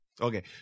Okay